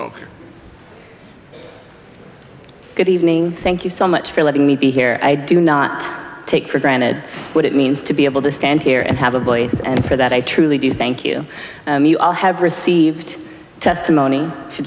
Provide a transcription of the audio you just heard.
oh good evening thank you so much for letting me be here i do not take for granted what it means to be able to stand here and have a voice and for that i truly do thank you and you all have received testimony